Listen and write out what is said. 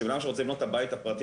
אדם שרוצה לקנות את הבית פרטי,